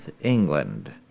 England